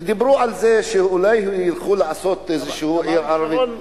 דיברו על זה שאולי הוא יכול לעשות איזושהי עיר ערבית.